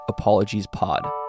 @ApologiesPod